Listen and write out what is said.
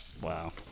Wow